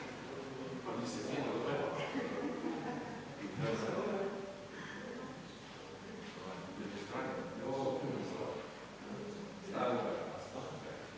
Hvala na